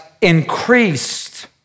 increased